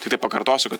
tiktai pakartosiu kad